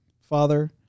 Father